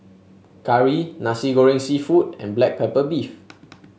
curry Nasi Goreng seafood and Black Pepper Beef